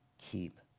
keep